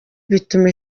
bituma